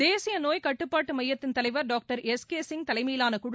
தேசிய நோய் கட்டுப்பாட்டு மையத்தின் தலைவர் டாக்டர் எஸ் கே சிங் தலைமையிலான குழு